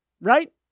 right